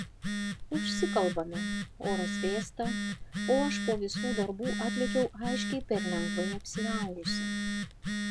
užsikalbame oras vėsta o aš po visų darbų atlėkiau aiškiai per lengvai apsirengusi